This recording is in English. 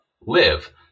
live